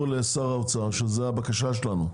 משרד האוצר, למסור לשר האוצר שזו הבקשה שלנו.